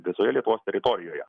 visoje lietuvos teritorijoje